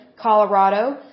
Colorado